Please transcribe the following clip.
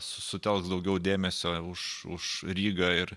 sutelks daugiau dėmesio už už rygą ir